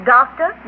Doctor